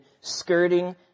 skirting